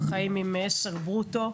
חיים עם 10,000 שקלים ברוטו,